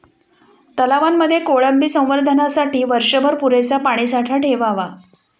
तलावांमध्ये कोळंबी संवर्धनासाठी वर्षभर पुरेसा पाणीसाठा ठेवावा